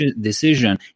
decision